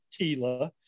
Tila